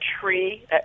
tree